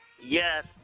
yes